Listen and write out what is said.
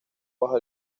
bajo